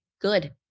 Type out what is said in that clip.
Good